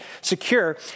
secure